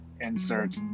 insert